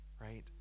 Right